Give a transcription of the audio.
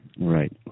Right